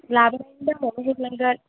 लाबोनायनि दामावनो हरनांगोन